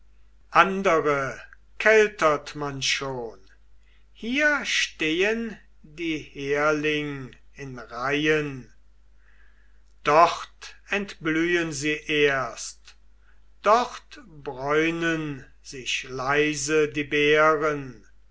andere keltert man schon hier stehen die herling in reihen dort entblühen sie erst dort bräunen sich leise die beeren